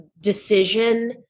decision